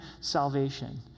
salvation